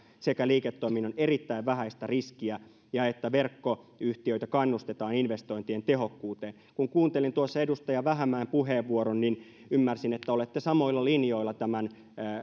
sekä liiketoiminnan erittäin vähäistä riskiä ja että verkkoyhtiöitä kannustetaan investointien tehokkuuteen kun kuuntelin tuossa edustaja vähämäen puheenvuoron niin ymmärsin että olette samoilla linjoilla tämän